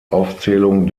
aufzählung